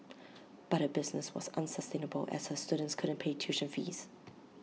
but her business was unsustainable as her students couldn't pay tuition fees